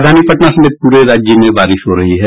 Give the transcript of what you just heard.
राजधानी पटना समेत पूर राज्य में बारिश हो रही है